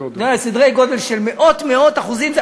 בסדרי-גודל של מאות אחוזים,